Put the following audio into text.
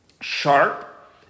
Sharp